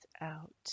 out